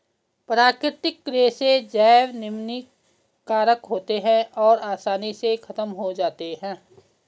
प्राकृतिक रेशे जैव निम्नीकारक होते हैं और आसानी से ख़त्म हो जाते हैं